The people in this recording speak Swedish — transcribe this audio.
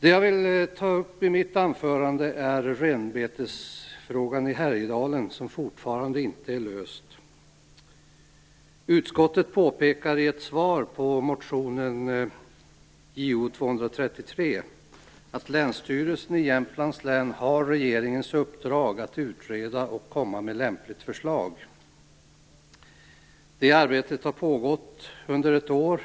Det jag vill ta upp i mitt anförande är renbetesfrågan i Härjedalen, som fortfarande inte är löst. Utskottet påpekar i ett svar på motion Jo233 att Länsstyrelsen i Jämtlands län har regeringens uppdrag att utreda och komma med lämpligt förslag. Det arbetet har pågått under ett år